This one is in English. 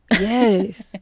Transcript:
yes